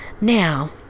Now